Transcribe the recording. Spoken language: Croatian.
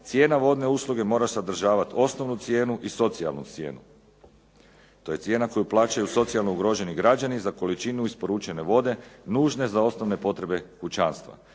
Cijena usluge mora sadržavati osnovnu cijenu i socijalnu cijenu. To je cijena koju plaćaju socijalno ugroženi građani za količinu isporučene vode nužne za osnovne potrebe kućanstva,